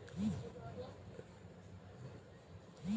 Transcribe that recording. মিলভিউ পোকার নিবারণের জন্য কোন রাসায়নিক দিতে হয়?